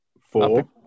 Four